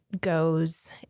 goes